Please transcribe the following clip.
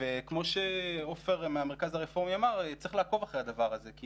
כמו שעופר מהמרכז הרפורמי אמר צריך לעקוב אחרי הדבר הזה כי